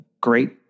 great